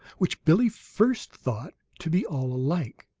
which billie first thought to be all alike.